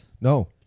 No